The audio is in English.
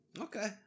Okay